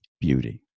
beauty